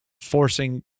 forcing